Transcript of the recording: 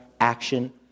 action